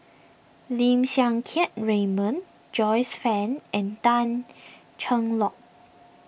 Lim Siang Keat Raymond Joyce Fan and Tan Cheng Lock